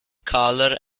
color